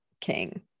king